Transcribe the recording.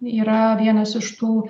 yra vienas iš tų